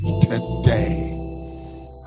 today